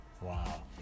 Wow